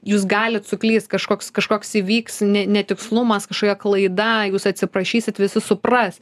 jūs galit suklyst kažkoks kažkoks įvyks ne netikslumas kažkokia klaida jūs atsiprašysit visi supras